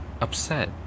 upset